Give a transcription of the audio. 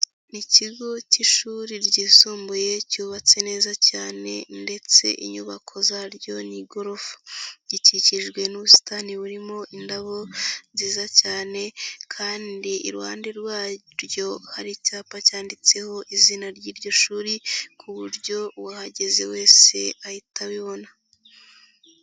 Ni ikigo k'ishuri ryisumbuye cyubatse neza cyane ndetse inyubako zaryo ni igorofa, gikikijwe n'ubusitani burimo indabo nziza cyane kandi iruhande rwaryo hari icyapa cyanditseho izina ry'iryo shuri ku buryo uwahageze wese ahita abibona.